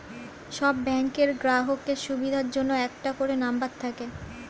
সব ব্যাংকের গ্রাহকের সুবিধার জন্য একটা করে নম্বর থাকে